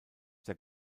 der